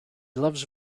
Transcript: loves